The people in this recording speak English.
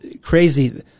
crazy –